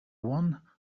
one